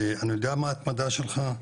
אני יודע מה התמדה שלך,